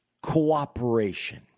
cooperation